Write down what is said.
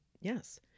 Yes